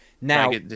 Now